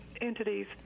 entities